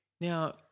Now